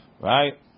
right